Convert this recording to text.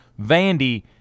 Vandy